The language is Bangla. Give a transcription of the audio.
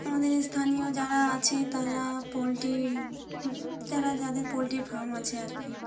আমাদের স্থানীয় যারা আছে তারা পোলট্রি যারা যাদের পোলট্রির ফার্ম আছে আর কি